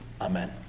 Amen